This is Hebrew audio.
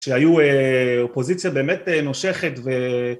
שהיו אופוזיציה באמת נושכת